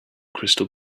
crystal